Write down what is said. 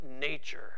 nature